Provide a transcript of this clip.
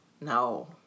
No